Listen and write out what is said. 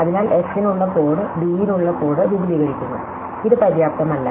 അതിനാൽ f നുള്ള code d നുള്ള കോഡ് വിപുലീകരിക്കുന്നു ഇത് പര്യാപ്തമല്ല